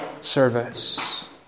service